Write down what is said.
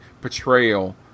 portrayal